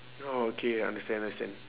oh okay understand understand